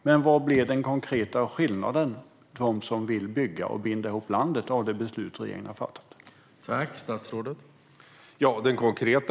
Men vad blir den konkreta skillnaden av det beslut som regeringen har fattat, för dem som vill bygga och binda ihop landet?